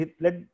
let